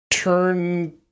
Turn